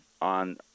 on